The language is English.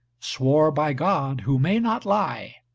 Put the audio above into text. swore by god who may not lie,